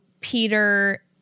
peter